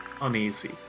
uneasy